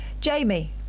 Jamie